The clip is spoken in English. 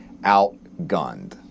outgunned